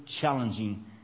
challenging